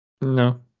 No